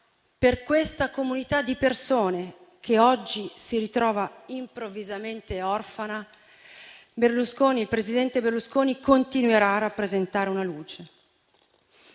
per questa comunità di persone che oggi si ritrova improvvisamente orfana, il presidente Berlusconi continuerà a rappresentare una luce.